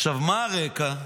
עכשיו, מה הרקע?